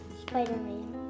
Spider-Man